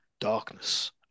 Darkness